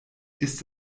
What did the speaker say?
ist